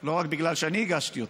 לא רק בגלל שאני הגשתי אותה,